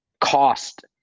cost